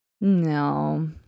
No